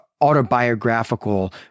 autobiographical